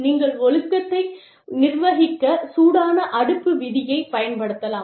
நீங்கள் ஒழுக்கத்தை நிர்வகிக்கச் சூடான அடுப்பு விதியை பயன்படுத்தலாம்